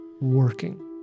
working